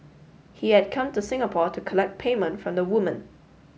he had come to Singapore to collect payment from the woman